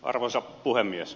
arvoisa puhemies